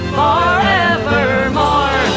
forevermore